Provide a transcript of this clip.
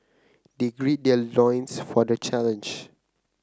they gird their loins for the challenge